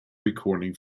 recording